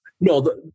No